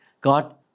God